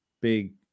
big